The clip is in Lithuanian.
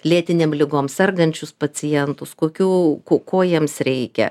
lėtinėm ligom sergančius pacientus kokių ko jiems reikia